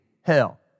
hell